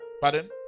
Pardon